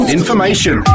information